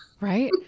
Right